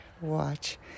watch